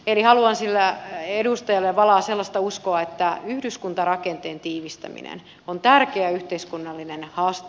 eli haluan sillä edustajalle valaa sellaista uskoa että yhdyskuntarakenteen tiivistäminen on tärkeä yhteiskunnallinen haaste